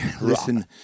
listen